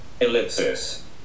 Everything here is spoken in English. ellipsis